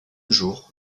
jour